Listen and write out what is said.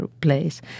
place